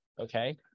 okay